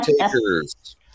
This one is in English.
takers